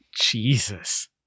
Jesus